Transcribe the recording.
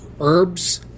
herbs